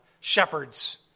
shepherds